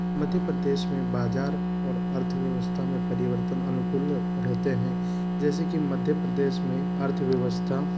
मध्य प्रदेश में बाज़ार और अर्थव्यवस्था में परिवर्तन अनुकूल रहते हैं जैसे कि मध्य प्रदेश में अर्थव्यवस्था